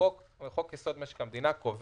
החוק, חוק יסוד: משק המדינה קובע